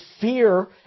fear